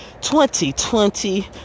2020